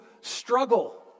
struggle